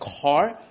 car